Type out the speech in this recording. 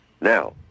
Now